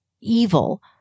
evil